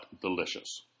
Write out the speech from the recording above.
delicious